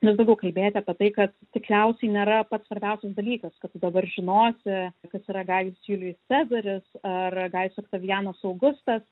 mes daugiau kalbėti apie tai kad tikriausiai nėra pats svarbiausias dalykas kad tu dabar žinosi kas yra gajus julijus cezaris ar gajus oktavianas augustas